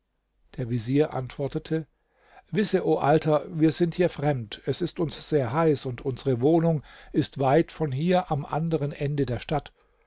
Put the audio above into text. der vezier antwortete wisse o alter wir sind hier fremd es ist uns sehr heiß und unsere wohnung ist weit von hier am anderen ende der stadt